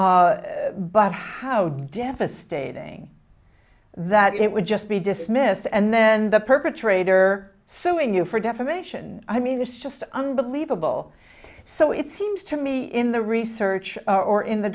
prepare but how devastating that it would just be dismissed and then the perpetrator suing you for defamation i mean it's just unbelievable so it seems to me in the research or in the